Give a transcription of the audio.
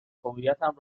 هویتم